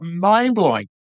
mind-blowing